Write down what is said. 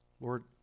Lord